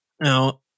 Now